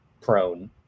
prone